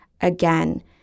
again